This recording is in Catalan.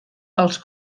pels